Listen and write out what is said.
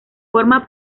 forma